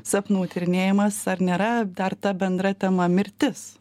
sapnų tyrinėjimas ar nėra dar ta bendra tema mirtis